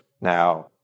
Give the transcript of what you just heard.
now